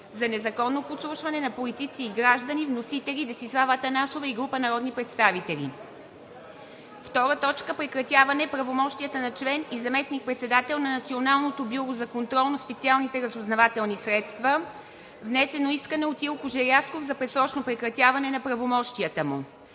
за незаконно подслушване на политици и граждани. Вносители – Десислава Атанасова и група народни представители. 2. Прекратяване правомощията на член и заместник-председател на Националното бюро за контрол на специалните разузнавателни средства. Внесено искане от Илко Желязков за предсрочно прекратяване на правомощията му.